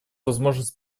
возможность